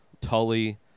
tully